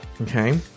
okay